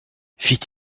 fit